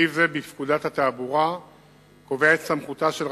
סעיף זה בפקודת התעבורה קובע את סמכותה של